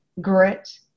grit